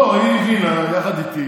לא, היא הבינה יחד איתי